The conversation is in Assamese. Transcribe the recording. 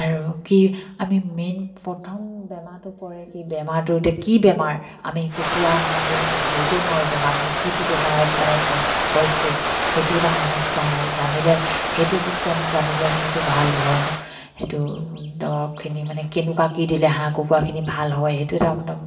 আৰু কি আমি মেইন প্ৰথম বেমাৰটো পৰে কি বেমাৰটো এতিয়া কি বেমাৰ আমি কুকুৰা হাঁহখিনি আমি ধৰিব নোৱাৰোঁ বেমাৰখিনি কিটো বেমাৰত মানে হৈছে সেইটো এটা সমস্যা হয় জানিলে সেইটো জানিলে মানেটো ভাল হয় ন সেইটো দৰৱখিনি মানে কেনেকুৱা কি দিলে হাঁহ কুকুৰাখিনি ভাল হয় সেইটো এটা